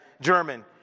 German